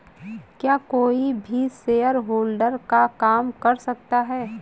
क्या कोई भी शेयरहोल्डर का काम कर सकता है?